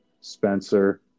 Spencer